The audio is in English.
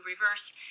reverse